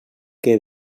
què